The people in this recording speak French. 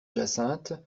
jacinthe